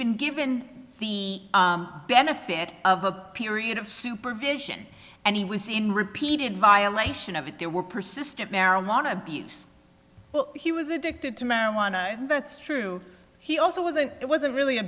been given the benefit of a period of supervision and he was in repeated violation of it there were persistent marijuana abuse he was addicted to marijuana and that's true he also wasn't it wasn't really a